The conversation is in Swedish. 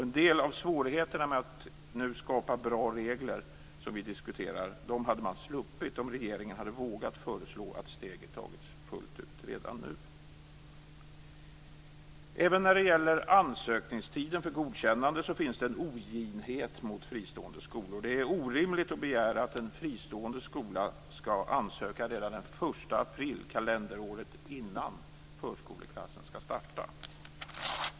En del av de svårigheter med att skapa bra regler som vi nu diskuterar hade man sluppit om regeringen hade vågat föreslå att steget tagits fullt ut redan nu. Även när det gäller ansökningstiden för godkännande finns det en oginhet mot fristående skolor. Det är orimligt att begära att en fristående skola skall ansöka redan den 1 april kalenderåret innan förskoleklassen skall starta.